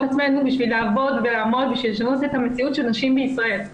את עצמנו עובדות כדי לשנות את המציאות של הנשים בישראל.